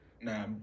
Nah